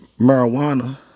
Marijuana